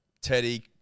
Teddy